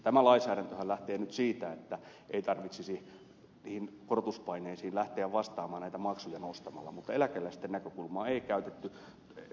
tämä lainsäädäntöhän lähtee nyt siitä että ei tarvitsisi niihin korotuspaineisiin lähteä vastaamaan näitä maksuja nostamalla mutta eläkeläisten näkökulmaa ei käytetty